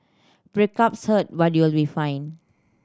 breakups hurt but you'll be fine